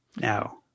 Now